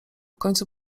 końcu